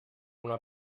una